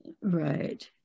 Right